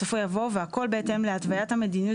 בסופו יבוא "והכל בהתאם להתוויית המדיניות